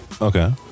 Okay